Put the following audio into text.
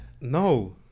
no